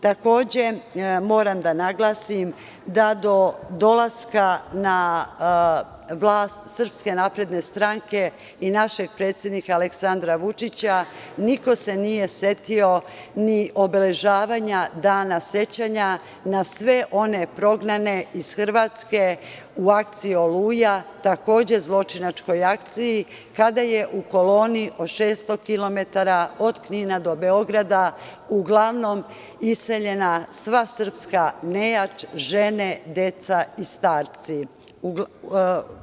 Takođe, moram da naglasim, da do dolaska na vlast SNS i našeg predsednik Aleksandra Vučića niko se nije setio ni obeležavanja dana sećanja na sve one prognane iz Hrvatske u akciji „Oluja“, takođe zločinačkoj akciji kada je u koloni od 600 kilometara od Knina do Beograda uglavnom iseljena sva srpska nejač, žene, deca i starci.